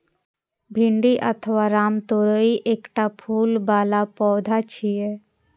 भिंडी अथवा रामतोरइ एकटा फूल बला पौधा छियै